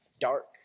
dark